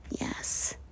Yes